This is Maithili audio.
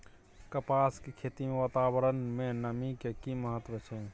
कपास के खेती मे वातावरण में नमी के की महत्व छै?